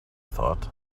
thought